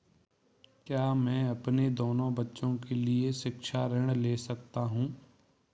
क्या मैं अपने दोनों बच्चों के लिए शिक्षा ऋण ले सकता हूँ?